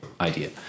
idea